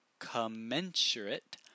commensurate